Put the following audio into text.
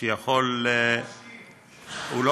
שיכול הוא משקיף.